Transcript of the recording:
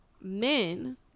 men